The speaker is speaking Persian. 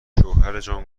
شوهرجان